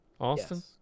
Austin